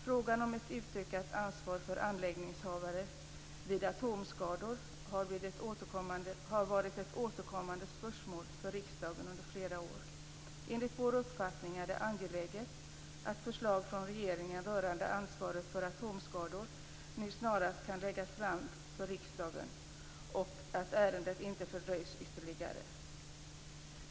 Frågan om ett utökat ansvar för anläggningshavare vid atomskador har varit ett återkommande spörsmål för riksdagen under flera år. Enligt vår uppfattning är det angeläget att förslag från regeringen rörande ansvaret för atomskador snarast kan läggas fram för riksdagen och att ärendet inte fördröjs ytterligare.